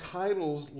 titles